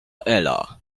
ela